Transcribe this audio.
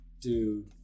dude